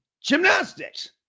gymnastics